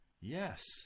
yes